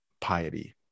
piety